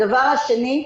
הדבר השני,